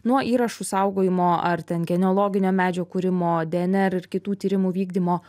nuo įrašų saugojimo ar ten genealoginio medžio kūrimo dnr ir kitų tyrimų vykdymo